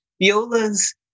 Violas